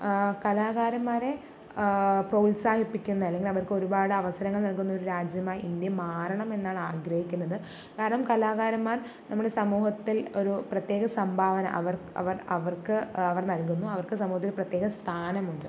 കലാകാരന്മാരെ പ്രോത്സാഹിപ്പിക്കുന്ന അല്ലെങ്കില് അവര്ക്കൊരുപാടവസരങ്ങള് നല്കുന്നൊരു രാജ്യമായി ഇന്ത്യ മാറണമെന്നാണ് ആഗ്രഹിക്കുന്നത് കാരണം കലാകാരന്മാര് നമ്മുടെ സമൂഹത്തില് ഒരു പ്രത്യേക സംഭാവന അവര് അവര് അവര്ക്ക് അവര് നല്കുന്നു അവര്ക്ക് സമൂഹത്തില് പ്രത്യേക സ്ഥാനമുണ്ട്